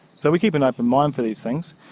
so we keep an open mind to these things.